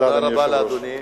תודה רבה לאדוני.